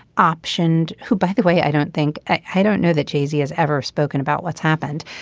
optioned who by the way i don't think i don't know that j c. has ever spoken about what's happened.